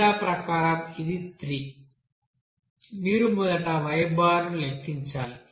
SSxxxi x210 SSyyyi y2 మీరు మొదట y ను లెక్కించాలి